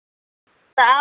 तऽ आबू अहाँ